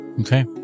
Okay